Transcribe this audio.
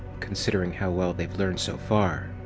considering how well they've learned so far.